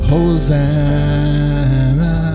Hosanna